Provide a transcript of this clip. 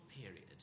period